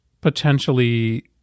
potentially